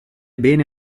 bene